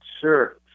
Sure